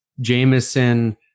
Jameson